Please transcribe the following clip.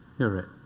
here is